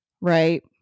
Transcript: Right